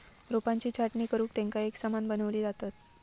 रोपांची छाटणी करुन तेंका एकसमान बनवली जातत